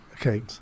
okay